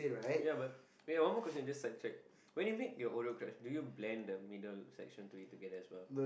ya but ya one more question just like to check when you make your own road crash do you blame the middle section to it together as well